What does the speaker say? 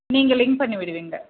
நீங்கள் லிங்க் பண்ணி விடுவீங்க